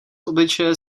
obličeje